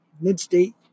mid-state